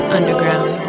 Underground